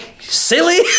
Silly